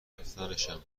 رفتنشم